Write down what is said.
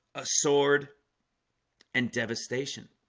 a sword and devastation